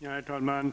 Herr talman!